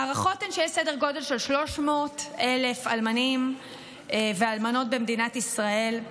ההערכות הן שיש סדר גודל של 300,000 אלמנים ואלמנות במדינת ישראל,